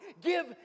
give